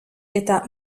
eta